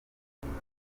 muniru